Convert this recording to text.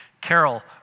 Carol